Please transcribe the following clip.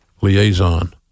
liaison